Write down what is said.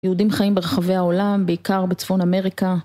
יהודים חיים ברחבי העולם, בעיקר בצפון אמריקה.